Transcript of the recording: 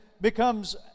becomes